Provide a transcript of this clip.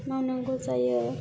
मावनांगौ जायो